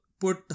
put